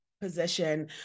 position